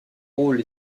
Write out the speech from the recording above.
rôle